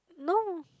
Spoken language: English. no